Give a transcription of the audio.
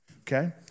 okay